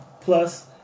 Plus